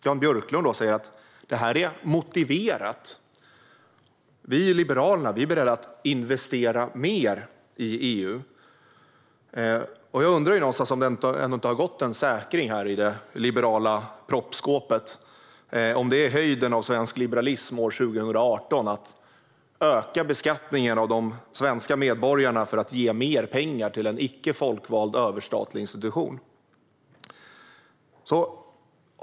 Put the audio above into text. Jan Björklund säger att avgiften är motiverad, att Liberalerna är beredda att investera mer i EU. Jag undrar ändå om det inte har gått en säkring i det liberala proppskåpet. Är det höjden av svensk liberalism år 2018 att öka beskattningen av de svenska medborgarna för att ge mer pengar till en icke folkvald överstatlig institution?